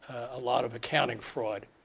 a lot of accounting fraud,